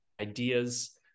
ideas